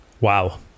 Wow